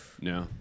No